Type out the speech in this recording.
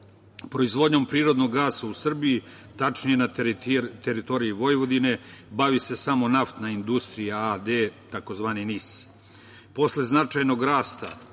Proizvodnjom prirodnog gasa u Srbiji, tačnije na teritoriji Vojvodine bavi se samo naftna industrija NIS